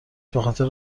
بخاطر